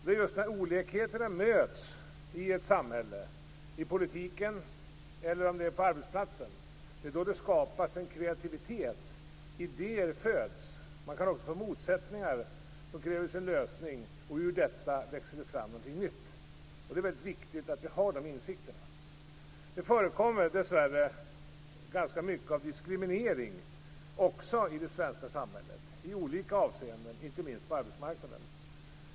Där olikheter möts i ett samhället - det kan vara i politiken eller på arbetsplatsen - skapas en kreativitet och idéer föds. Det kan också skapa motsättningar som kräver sin lösning, och ur det växer någonting nytt fram. Det är viktigt att vi har de insikterna. Det förekommer dessvärre ganska mycket av diskriminering också i det svenska samhället i olika avseenden, inte minst på arbetsmarknaden.